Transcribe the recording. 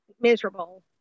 miserable